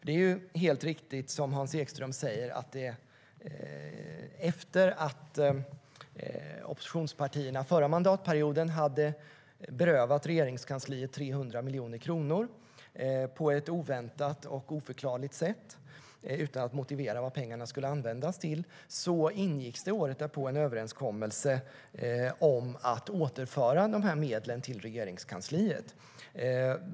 Det är riktigt som Hans Ekström säger att det året efter att oppositionspartierna under förra mandatperioden hade berövat Regeringskansliet 300 miljoner kronor på ett oväntat och oförklarligt sätt, utan att motivera vad pengarna skulle användas till, ingicks en överenskommelse om att återföra dessa medel till Regeringskansliet.